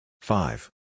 five